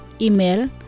Email